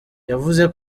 yavuze